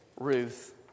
Ruth